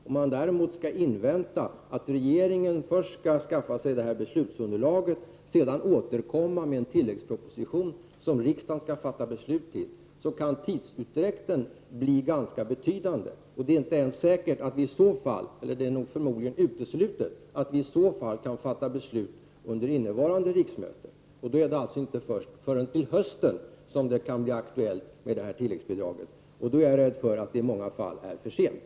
Om man däremot skall invänta att regeringen först skall skaffa sig beslutsunderlag och sedan återkomma med en tilläggsproposition, som riksdagen skall fatta beslut om, kan tidsutdräkten bli ganska betydande. Det är förmodligen uteslutet att vi så fall kan fatta beslut under innevarande riksmöte. Då kan det alltså inte bli aktuellt med tilläggsbidrag förrän till hösten. Jag är rädd för att det i många fall är för sent.